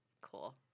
cool